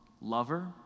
lover